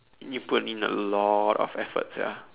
you need to put in a lot of effort sia